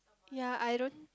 ya I don't